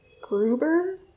Gruber